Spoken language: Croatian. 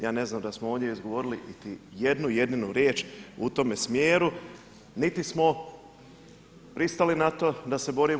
Ja ne znam da smo ondje izgovorili iti jednu jedinu riječ u tome smjeru, niti smo pristali na to da se borimo.